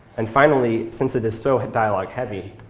and finally, since it is so dialogue-heavy,